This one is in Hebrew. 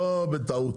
לא בטעות